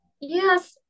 Yes